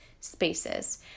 spaces